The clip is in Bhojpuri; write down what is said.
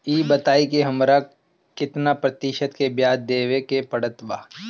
ई बताई की हमरा केतना प्रतिशत के ब्याज देवे के पड़त बा?